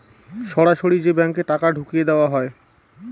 সরাসরি যে ব্যাঙ্কে টাকা ঢুকিয়ে দেওয়া হয়